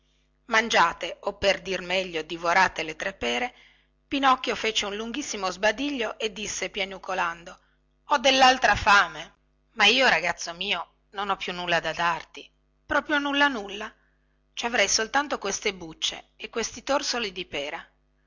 mangiate o per dir meglio divorate le tre pere pinocchio fece un lunghissimo sbadiglio e disse piagnucolando ho dellaltra fame ma io ragazzo mio non ho più nulla da darti proprio nulla nulla ci avrei soltanto queste bucce e questi torsoli di pera